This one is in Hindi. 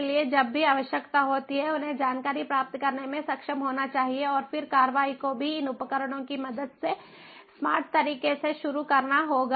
इसलिए जब भी आवश्यकता होती है उन्हें जानकारी प्राप्त करने में सक्षम होना चाहिए और फिर कार्रवाई को भी इन उपकरणों की मदद से स्मार्ट तरीके से शुरू करना होगा